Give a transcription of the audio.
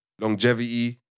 longevity